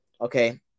Okay